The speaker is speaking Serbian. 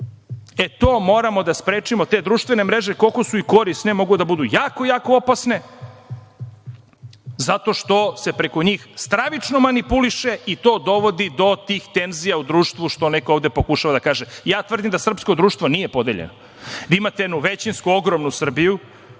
moramo da sprečimo. Te društvene, koliko su korisne, mogu da budu jako, jako opasne zato što se preko njih stravično manipuliše i to dovodi do tih tenzija u društvu, što neko ovde pokušava da kaže. Tvrdim da srpsko društvo nije podeljeno, imate jednu većinsku ogromnu Srbiju